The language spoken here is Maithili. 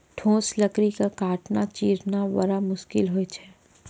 ठोस लकड़ी क काटना, चीरना बड़ा मुसकिल होय छै